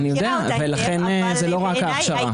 לכן זה לא רק ההכשרה.